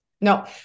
no